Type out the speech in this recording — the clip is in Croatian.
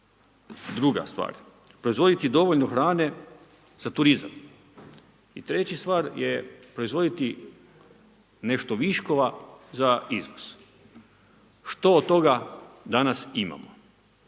Druga stvar, proizvoditi dovoljno hrane za turizam, treća je proizvoditi nešto viškova za izvoza. Što od toga danas imamo?